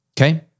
Okay